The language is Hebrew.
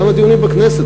כמה דיונים בכנסת,